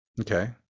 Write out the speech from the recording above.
Okay